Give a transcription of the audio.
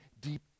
deep